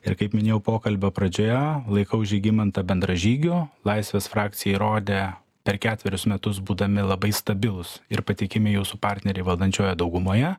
ir kaip minėjau pokalbio pradžioje laikau žygimantą bendražygiu laisvės frakcija įrodė per ketverius metus būdami labai stabilūs ir patikimi jūsų partneriai valdančiojoje daugumoje